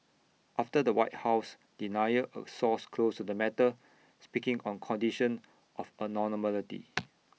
after the white house denial A source close to the matter speaking on condition of